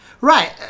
right